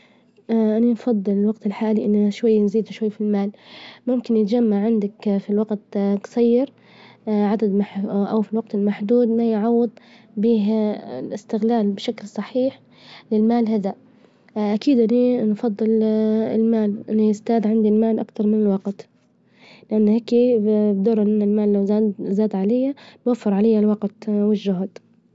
أنا نفظل الوجت الحالي إننا شوية نزيد شوي في المال، ممكن يتجمع عندك في وجت جصير، عدد أوفي الوجت المحدود ما يعوظ به الاستغلال بشكل صحيح للمال هذا، أكيد إني نفظل المال إنه يزداد عندي المال أكتر من الوجت، لأن هيكي ضرر للمال يزداد علي بيوفر علي الوجت والجهد.